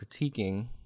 critiquing